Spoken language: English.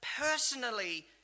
personally